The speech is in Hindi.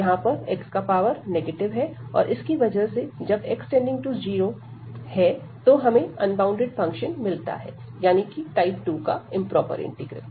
यहां पर x का पावर नेगेटिव है और इसकी वजह से जब x→0 की ओर जाता है तो हमें अनबॉउंडेड फंक्शन मिलता है यानी कि टाइप 2 का इंप्रोपर इंटीग्रल